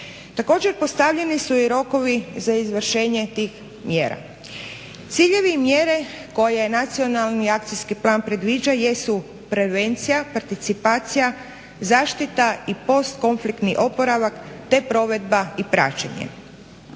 Također, postavljeni su i rokovi za izvršenje tih mjera. Ciljevi i mjere koje nacionalni akcijski plan predviđa jesu prevencija, participacija, zaštita i postkonfliktni oporavak te provedba i praćenje.